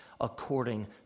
according